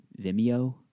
Vimeo